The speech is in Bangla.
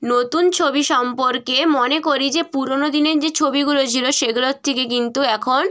নতুন ছবি সম্পর্কে মনে করি যে পুরোনো দিনের যে ছবিগুলো ছিলো সেগুলোর থেকে কিন্তু এখন